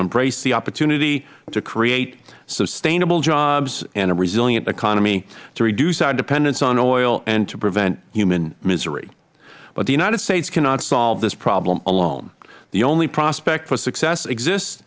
embrace the opportunity to create sustainable jobs and a resilient economy to reduce our dependence on oil and to prevent human misery but the united states cannot solve the problem alone the only prospect for success exist